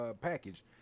package